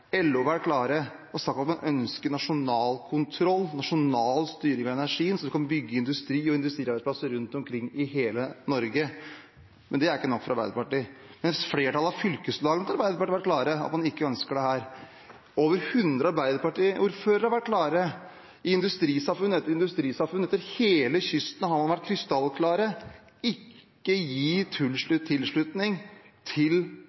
LO har vært klare og snakket om at man ønsker nasjonal kontroll, nasjonal styring av energien, sånn at en kan bygge industri og industriarbeidsplasser rundt omkring i hele Norge. Men det er ikke nok for Arbeiderpartiet – mens flertallet av fylkeslagene til Arbeiderpartiet har vært klare på at man ikke ønsker dette. Over hundre Arbeiderparti-ordførere har vært klare. I industrisamfunn etter industrisamfunn etter hele kysten har man vært krystallklare: Ikke gi tilslutning til